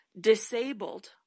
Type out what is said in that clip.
disabled